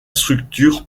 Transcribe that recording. structure